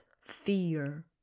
fear